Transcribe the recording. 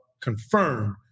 confirmed